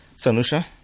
Sanusha